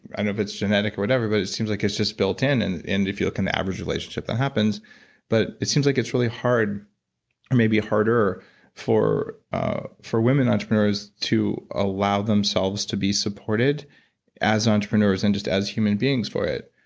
i don't know if it's genetic or whatever, but it seems like it's just built in, and and if you look in the average relationship that happens but it seems like it's really hard or maybe harder for ah for women entrepreneurs to allow themselves to be supported as entrepreneurs and just as human beings for it.